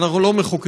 אנחנו לא מחוקקים,